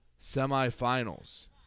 semifinals